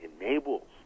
enables